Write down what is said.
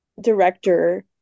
director